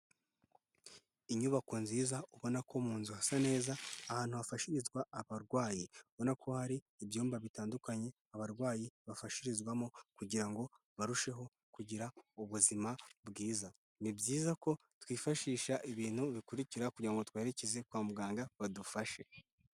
Inyubako nziza ubona ko mu nzu hasa neza, ahantu hafashirizwa abarwayi ubona ko hari ibyumba bitandukanye abarwayi bafashirizwamo kugira ngo barusheho kugira ubuzima bwiza. Ni byiza ko twifashisha ibintu bikurikira kugira ngo twerekeze kwa muganga badufashe.